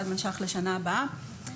אחד שייך לשנה הבאה.